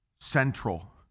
central